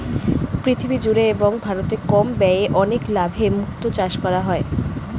পৃথিবী জুড়ে এবং ভারতে কম ব্যয়ে অনেক লাভে মুক্তো চাষ করা হয়